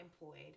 employed